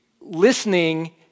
listening